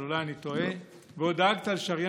אבל אולי אני טועה ועוד דאגת לשריין